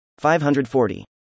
540